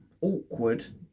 awkward